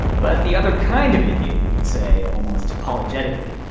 but the other kind of indian we'd say almost apologetically